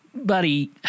buddy